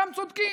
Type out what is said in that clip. גם צודקים: